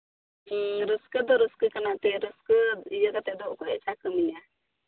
ᱦᱮᱸ ᱨᱟᱹᱥᱠᱟᱹ ᱫᱚ ᱨᱟᱹᱥᱠᱟᱹ ᱠᱟᱱᱟ ᱮᱱᱛᱮᱫ ᱨᱟᱹᱥᱠᱟᱹ ᱤᱭᱟᱹ ᱠᱟᱛᱮᱫ ᱫᱚ ᱚᱠᱚᱭ ᱟᱪᱪᱷᱟ ᱠᱟᱹᱢᱤᱭᱟ